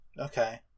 okay